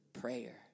prayer